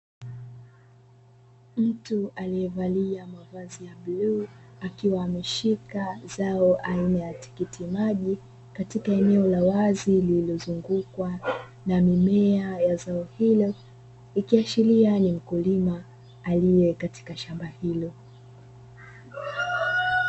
Mtu aliyevalia mavazi ya bluu akiwa ameshika zao aina ya tikiti maji katika eneo la wazi, lililozungukwa na mimea ya zao hilo ikiashiria ni mkulima aliye katika shamba hilo.